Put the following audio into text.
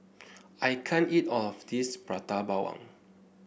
I can't eat all of this Prata Bawang